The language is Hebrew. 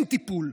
אין טיפול.